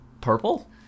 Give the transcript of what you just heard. Purple